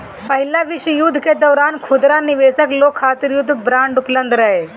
पहिला विश्व युद्ध के दौरान खुदरा निवेशक लोग खातिर युद्ध बांड उपलब्ध रहे